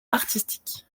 artistique